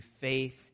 faith